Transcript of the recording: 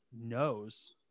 knows –